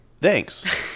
thanks